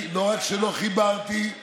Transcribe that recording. קטן שלא רק שיהיה אפשר לעשות תקנות על